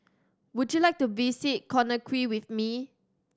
would you like to visit Conakry with me